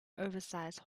oversize